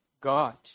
God